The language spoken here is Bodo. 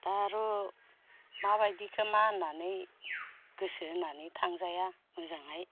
दा आर' मा बायदिखो मा होननानै गोसो होनानै थांजाया मोजांहाय